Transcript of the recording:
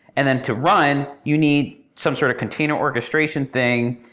and then, to run, you need some sort of container orchestration thing.